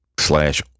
slash